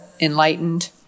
enlightened